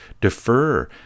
defer